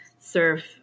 serve